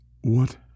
What